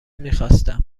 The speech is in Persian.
میخواستم